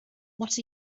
what